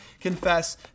confess